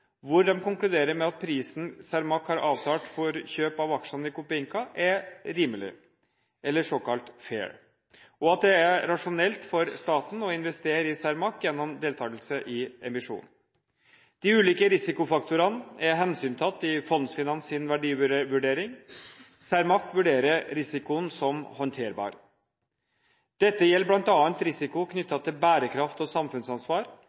hvor de konkluderer med at prisen Cermaq har avtalt for kjøp av aksjene i Copeinca, er rimelig, eller såkalt «fair», og at det er rasjonelt for staten å investere i Cermaq gjennom deltakelse i emisjonen. De ulike risikofaktorene er hensyntatt i Fondsfinans' verdivurdering. Cermaq vurderer risikoen som håndterbar. Dette gjelder bl.a. risiko knyttet til bærekraft og samfunnsansvar,